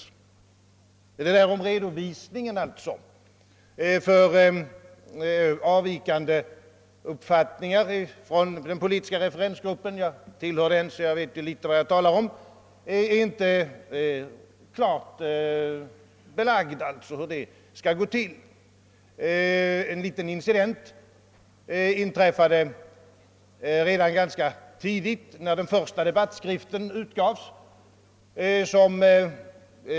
Det är inte klart belagt, hur redovisningen av avvikande uppfattningar från den politiska referensgruppen skall gå till — jag tillhör den gruppen så jag vet vad jag talar om. En liten incident inträffade redan tidigt, när den första debattskriften utgavs.